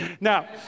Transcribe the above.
Now—